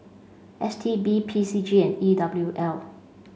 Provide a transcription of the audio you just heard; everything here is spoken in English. S T B P C G and E W L